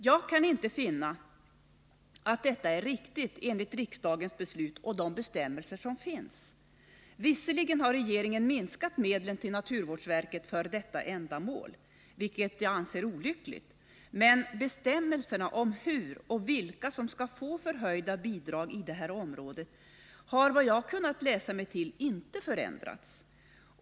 Jag kan inte finna att detta överensstämmer med riksdagens beslut och de bestämmelser som finns. Visserligen har regeringen minskat medlen till naturvårdsverket för detta ändamål, vilket jag anser olyckligt, men bestämmelserna om hur man skall få högre bidrag och vilka som skall få har, såvitt jag kunnat se, inte förändrats.